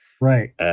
Right